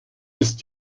ist